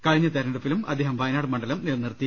കഴിഞ്ഞ തെരഞ്ഞെടുപ്പിലും അദ്ദേഹം വയനാട് മണ്ഡലം നിലനിർത്തി